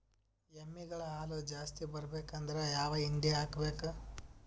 ಎಮ್ಮಿ ಗಳ ಹಾಲು ಜಾಸ್ತಿ ಬರಬೇಕಂದ್ರ ಯಾವ ಹಿಂಡಿ ಹಾಕಬೇಕು?